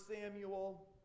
Samuel